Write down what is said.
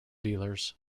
dealers